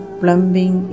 plumbing